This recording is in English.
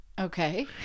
okay